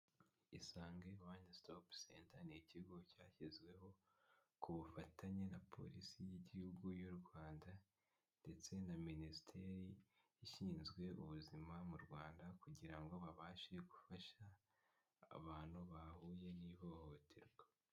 ISANGE One Stop Center ni ikigo cyashyizweho ku bufatanye na polisi y'igihugu y'Urwanda ndetse na minisiteri ishinzwe ubuzima mu Rwanda, kugira ngo babashe gufasha abantu bahuye n'ihohoterwa.